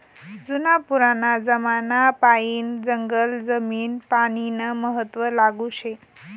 जुना पुराना जमानापायीन जंगल जमीन पानीनं महत्व लागू शे